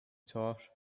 thought